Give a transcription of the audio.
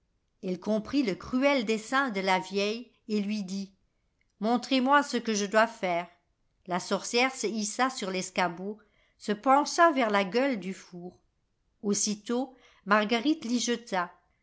elle comprit le cruel dessein de la vieille et lui dit montrez-moi ce que je dois faire la sorcière se hissa sur l'escabeau se pencha vers la gueule du four aussitôt marguerite